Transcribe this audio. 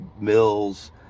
mills